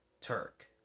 Turk